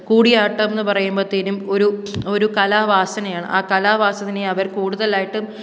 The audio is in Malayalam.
കൂടിയാട്ടമെന്നു പറയുമ്പോഴത്തേനും ഒരു ഒരു കലാവസനയാണ് ആ കലാവാസനയെ അവർ കൂടുതലായിട്ടും